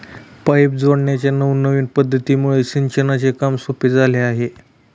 pipe जोडण्याच्या नवनविन पध्दतीमुळे सिंचनाचे काम सोपे झाले आहे